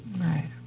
right